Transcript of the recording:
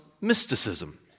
mysticism